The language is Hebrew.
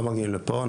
הן לא מגיעות לפה.